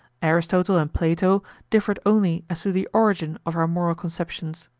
aristotle and plato differed only as to the origin of our moral conceptions.